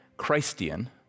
Christian